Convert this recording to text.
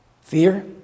Fear